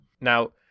Now